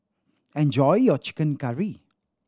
enjoy your chicken curry